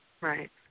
Right